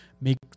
make